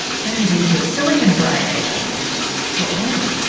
turn it into a silicone brain even what then?